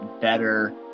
better